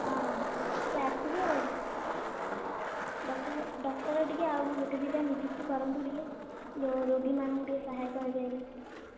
ହଁ ହଁ ଟିକେ ଆସିବେ ଆଉ ଡକ୍ଟର୍ ଡକ୍ଟର୍ ଟିକେ ଆଉ ଗୋଟେ ଦୁଇଟା ନିଯୁକ୍ତି କରନ୍ତୁ ଟିକେ ରୋ ରୋଗୀମାନଙ୍କୁ ଟିକେ ସହାୟକ ହେବେ ହେଲେ